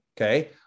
Okay